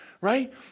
right